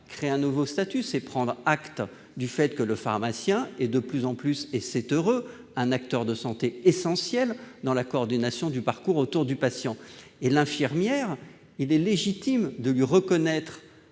créer un nouveau statut, mais de prendre acte du fait que le pharmacien est de plus en plus- c'est heureux -un acteur de santé essentiel dans la coordination du parcours autour du patient. Il est légitime de reconnaître,